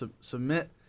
submit